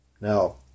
Now